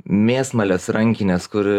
mėsmalės rankinės kur